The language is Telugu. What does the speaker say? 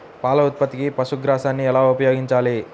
పాల ఉత్పత్తికి పశుగ్రాసాన్ని ఎలా ఉపయోగించాలి?